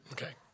Okay